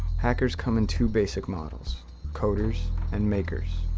hackers come in two basic models coders and makers.